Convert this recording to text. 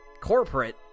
corporate